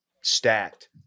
stacked